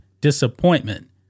disappointment